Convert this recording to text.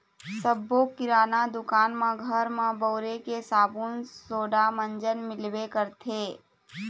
सब्बो किराना दुकान म घर म बउरे के साबून सोड़ा, मंजन मिलबे करथे